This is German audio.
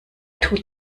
tut